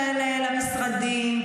אם מישהו שמע על תוכניות כאלה למשרדים,